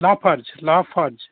Lafarge Lafarge